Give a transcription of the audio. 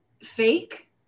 fake